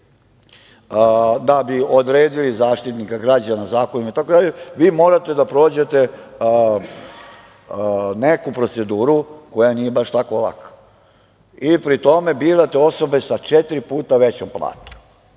da bi odredili Zaštitnika građana zakonom, vi morate da prođete neku proceduru koja nije baš tako laka i pri tome birate osobe sa četiri puta većom platom.U